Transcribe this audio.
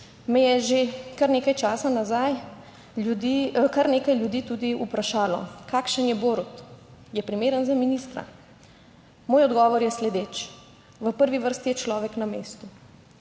me je že kar nekaj časa nazaj ljudi, kar nekaj ljudi tudi vprašalo kakšen je Borut, je primeren za ministra. Moj odgovor je sledeč. V prvi vrsti je človek na mestu.